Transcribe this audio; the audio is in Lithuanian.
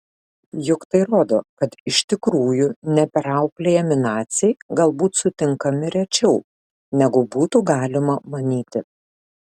juk tai rodo kad iš tikrųjų neperauklėjami naciai galbūt sutinkami rečiau negu būtų galima manyti